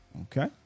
Okay